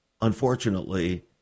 Unfortunately